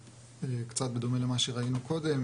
קצת בדומה למה שראינו קודם,